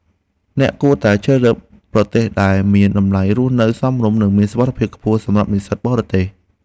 អ្នកគួរតែជ្រើសរើសប្រទេសដែលមានតម្លៃរស់នៅសមរម្យនិងមានសុវត្ថិភាពខ្ពស់សម្រាប់និស្សិតបរទេស។